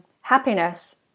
happiness